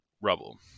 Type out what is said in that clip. rubble